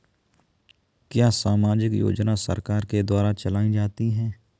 क्या सामाजिक योजना सरकार के द्वारा चलाई जाती है?